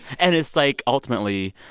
and it's like ultimately,